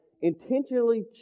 intentionally